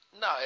No